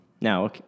now